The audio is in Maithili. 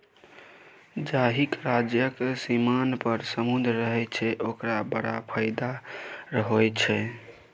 जाहिक राज्यक सीमान पर समुद्र रहय छै ओकरा बड़ फायदा होए छै